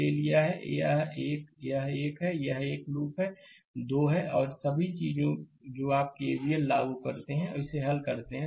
ले लिया है यह एक यह एक है यह एक लूप है यह 2 है और यह सभी चीजें जो आप केवीएल लागू करते हैं और इसे हल करते हैं